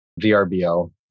VRBO